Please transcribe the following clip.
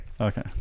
okay